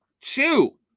two